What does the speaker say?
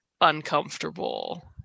Uncomfortable